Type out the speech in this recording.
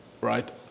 right